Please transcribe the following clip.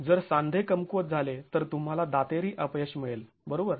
तर जर सांधे कमकुवत झाले तर तुम्हाला दातेरी अपयश मिळेल बरोबर